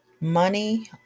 Money